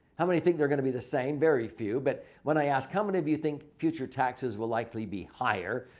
how many think they're going to be the same? very few. but when i ask how many of you think future taxes will likely be higher?